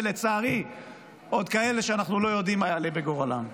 ולצערי עוד כאלה שאנחנו לא יודעים מה יעלה בגורלם.